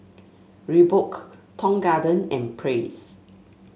Reebok Tong Garden and Praise